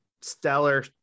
stellar